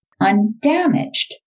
undamaged